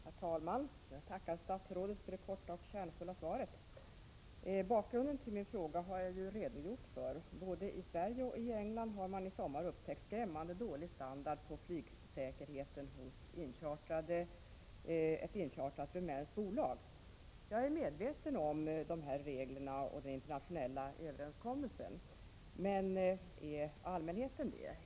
Herr talman! Jag tackar statsrådet för det korta och kärnfulla svaret. Bakgrunden till min fråga har jag redogjort för. Både i Sverige och i England har man i sommar upptäckt skrämmande dålig standard på flygsäkerheten hos ett inchartrat rumänskt bolag. Jag är medveten om reglerna och den internationella överenskommelsen, men är allmänheten det?